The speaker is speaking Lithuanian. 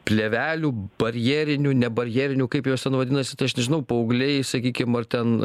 plėvelių barjerinių ne barjerinių kaip jos ten vadinasi tai aš nežinau paaugliai sakykim ar ten